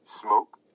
Smoke